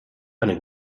eine